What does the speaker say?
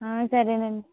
సరేనండి